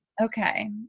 Okay